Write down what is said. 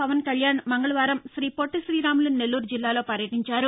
పవన్ కళ్యాణ్ మంగళవారం శీ పొట్టి శీరాములు నెల్లూరు జిల్లాలో పర్యటీంచారు